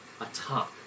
atop